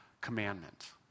commandment